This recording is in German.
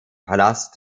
palast